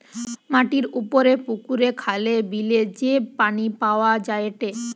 মাটির উপরে পুকুরে, খালে, বিলে যে পানি পাওয়া যায়টে